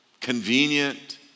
convenient